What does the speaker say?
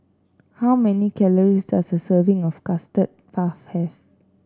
how many calories does a serving of Custard Puff have